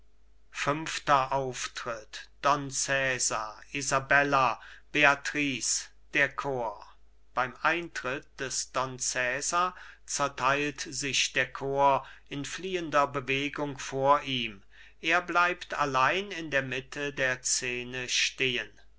fünfter auftritt don cesar isabella beatrice der chor beim eintritt des don cesar zertheilt sich der chor in fliehender bewegung vor ihm er bleibt allein in der mitte der scene stehen